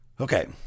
Okay